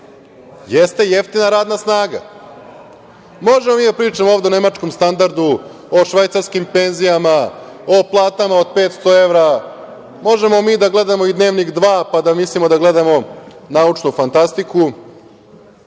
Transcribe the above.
jeste jeftina radna snaga. Možemo mi da pričamo ovde o nemačkom standardu, o švajcarskim penzijama, o platama od 500 evra, možemo mi da gledamo i Dnevnik 2, pa da mislimo da gledamo naučnu fantastiku,